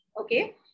Okay